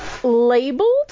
Labeled